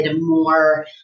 more